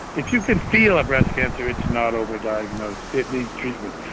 if you can feel a breast cancer, it's not over-diagnosed, it needs treatment.